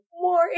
more